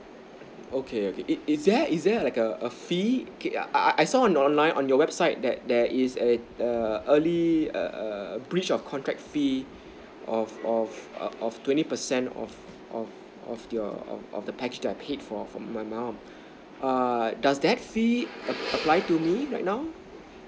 okay okay it it is there is there like a a fee okay I I I saw on online on your website that there is err err early err breach of contract fee of of of twenty percent of of of you of of the package that I paid for from my mom err does does that fee apply to me right now